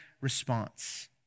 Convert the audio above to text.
response